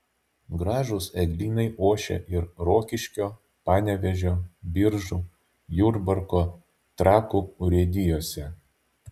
gražūs eglynai ošia ir rokiškio panevėžio biržų jurbarko trakų urėdijose